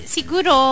Siguro